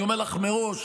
אני אומר לך מראש: